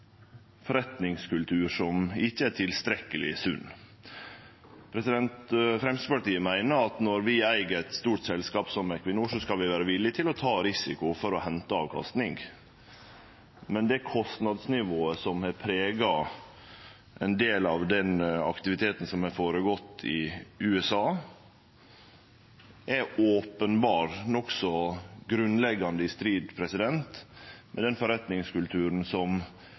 forretningskultur som ikkje er tilstrekkeleg sunn. Framstegspartiet meiner at når vi eig eit stort selskap som Equinor, skal vi vere villige til å ta risiko for å hente avkastning, men det kostnadsnivået som har prega ein del av den aktiviteten som har gått føre seg i USA, er openbert nokså grunnleggjande i strid med den forretningskulturen som